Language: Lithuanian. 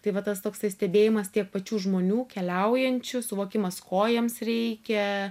tai va tas toksai stebėjimas tiek pačių žmonių keliaujančių suvokimas ko jiems reikia